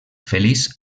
feliç